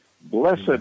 Blessed